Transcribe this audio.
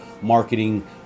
marketing